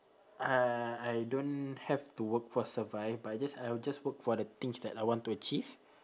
uh I don't have to work for survive but I just I will just work for the things I want to achieve